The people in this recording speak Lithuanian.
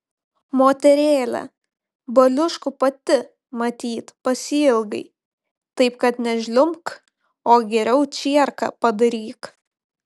moterėle baliuškų pati matyt pasiilgai taip kad nežliumbk o geriau čierką padaryk